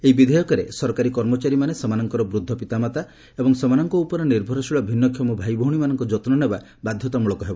ଏହି ବିଧେୟକରେ ସରକାରୀ କର୍ମଚାରୀମାନେ ସେମାନଙ୍କର ବୃଦ୍ଧ ପିତାମାତା ଏବଂ ସେମାନଙ୍କ ଉପରେ ନିର୍ଭରଶୀଳ ଭିନ୍ନକ୍ଷମ ଭାଇଭଉଣୀମାନଙ୍କ ଯତ୍ନ ନେବା ବାଧ୍ୟତାମୃଳକ ହେବ